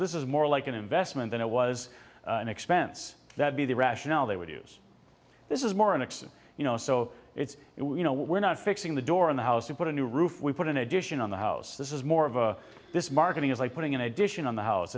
this is more like an investment than it was an expense that be the rationale they would use this is more in excess you know so it's it was you know we're not fixing the door in the house to put a new roof we put in addition on the house this is more of a this marketing is like putting in addition on the house